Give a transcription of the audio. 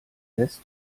lässt